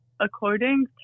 according